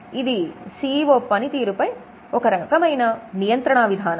ఇది సిఇఓ పనితీరుపై ఒక రకమైన నియంత్రణ విధానం